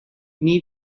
need